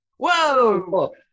whoa